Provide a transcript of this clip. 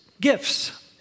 gifts